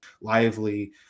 lively